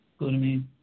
glutamine